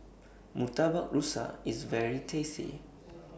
Murtabak Rusa IS very tasty